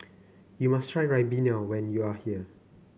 you must try ribena when you are here